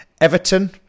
Everton